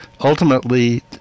ultimately